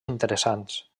interessants